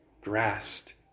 Grasped